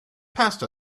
passed